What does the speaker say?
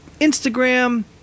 Instagram